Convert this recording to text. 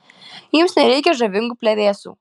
jums nereikia žavingų plevėsų